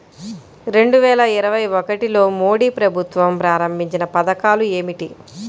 రెండు వేల ఇరవై ఒకటిలో మోడీ ప్రభుత్వం ప్రారంభించిన పథకాలు ఏమిటీ?